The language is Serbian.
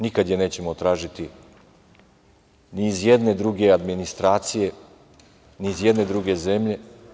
Nikad je nećemo tražiti, ni iz jedne druge administracije, ni iz jedne druge zemlje.